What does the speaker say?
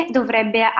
dovrebbe